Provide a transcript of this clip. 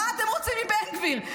מה אתם רוצים מבן גביר?